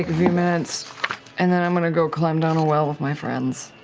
a few minutes and then i'm going to go climb down a well with my friends.